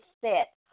set